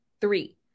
Three